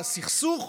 לסכסוך,